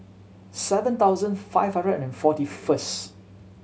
seven thousand five hundred and forty first